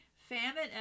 Famine